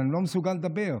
אני לא מסוגל לדבר.